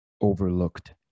overlooked